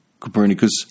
Copernicus